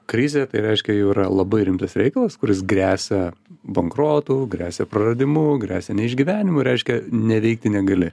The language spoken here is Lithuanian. krizė tai reiškia jau yra labai rimtas reikalas kuris gresia bankrotu gresia praradimu gresia neišgyvenimu reiškia neveikti negali